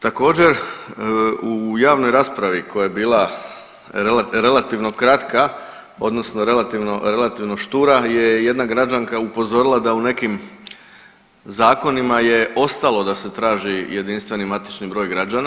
Također u javnoj raspravi koja je bila relativno kratka odnosno relativno štura je jedna građanka upozorila da u nekim zakonima je ostalo da se traži jedinstveni matični broj građana.